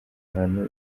ahantu